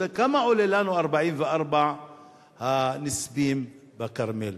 כמה עולים לנו 44 הנספים בכרמל?